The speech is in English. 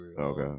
Okay